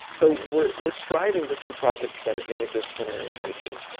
so we're we're striving to see projects that are interdisciplinary in nature,